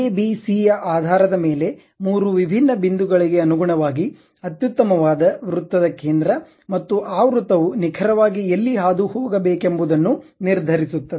A B C ಯ ಆಧಾರದ ಮೇಲೆ ಮೂರು ವಿಭಿನ್ನ ಬಿಂದುಗಳಿಗೆ ಅನುಗುಣವಾಗಿ ಅತ್ಯುತ್ತಮವಾದ ವೃತ್ತದ ಕೇಂದ್ರ ಮತ್ತು ಆ ವೃತ್ತವು ನಿಖರವಾಗಿ ಎಲ್ಲಿ ಹಾದುಹೋಗಬೇಕೆಂಬುದನ್ನು ನಿರ್ಧರಿಸುತ್ತದೆ